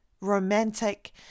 romantic